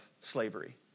slavery